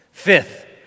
Fifth